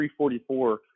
344